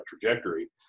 trajectory